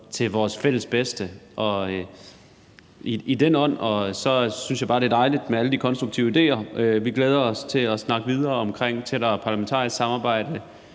til vores fælles bedste. I den ånd synes jeg bare det er dejligt med alle de konstruktive idéer. Vi glæder os til at snakke videre om et tættere parlamentarisk samarbejde,